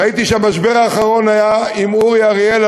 ראיתי שהמשבר האחרון היה עם אורי אריאל,